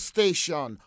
Station